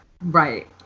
Right